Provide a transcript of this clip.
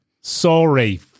Sorry